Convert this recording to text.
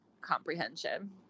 comprehension